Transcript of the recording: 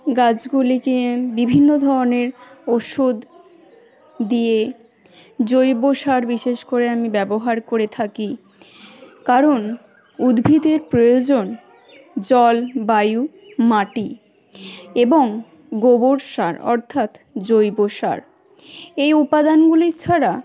গাছগুলিকে বিভিন্ন ধরনের ওষুদ দিয়ে জৈব সার বিশেষ করে আমি ব্যবহার করে থাকি কারণ উদ্ভিদের প্রয়োজন জল বায়ু মাটি এবং গোবর সার অর্থাৎ জৈব সার এই উপাদানগুলি ছাড়া